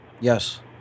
Yes